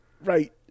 Right